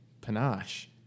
panache